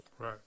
Right